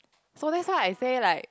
so that's why I say like